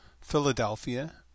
Philadelphia